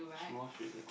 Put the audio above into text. she wash already I think